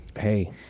Hey